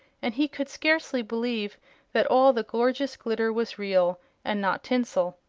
and he could scarcely believe that all the gorgeous glitter was real and not tinsel.